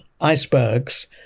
icebergs